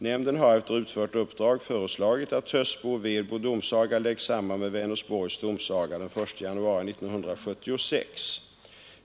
Nämnden har efter utfört uppdrag föreslagit att Tössbo och Vedbo domsaga läggs samman med Vänersborgs domsaga den 1 januari 1976.